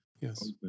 Yes